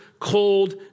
cold